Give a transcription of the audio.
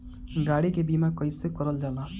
गाड़ी के बीमा कईसे करल जाला?